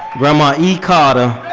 gramma e carter,